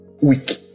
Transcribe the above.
weak